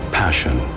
passion